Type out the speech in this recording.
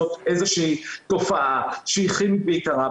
זאת איזושהי תופעה שהיא כימית בעיקרה.